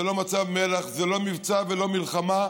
זה לא מצב מל"ח וזה לא מבצע ולא מלחמה,